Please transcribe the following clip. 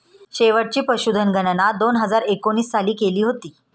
शेवटची पशुधन गणना दोन हजार एकोणीस साली केली होती